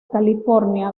california